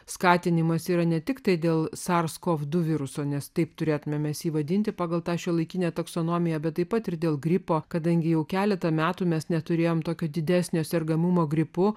skatinimas yra ne tiktai dėl sars kov du viruso nes taip turėtumėme mes jį vadinti pagal tą šiuolaikinę taksonomiją bet taip pat ir dėl gripo kadangi jau keletą metų mes neturėjome tokio didesnio sergamumo gripu